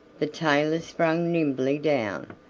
the tailor sprang nimbly down,